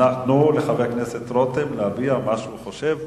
תנו לחבר הכנסת להביע מה שהוא חושב.